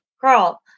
girl